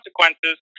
consequences